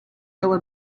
yellow